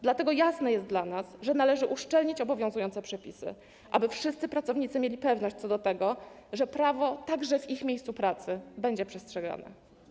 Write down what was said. Dlatego jasne jest dla nas, że należy uszczelnić obowiązujące przepisy, aby wszyscy pracownicy mieli pewność co do tego, że prawo także w ich miejscu pracy będzie przestrzegane.